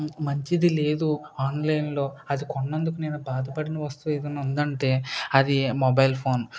మంచిది లేదు ఆన్లైన్లో అది కొన్నందుకు నేను బాధపడిన వస్తువు ఏదైనా ఉందంటే అది మొబైల్ ఫోన్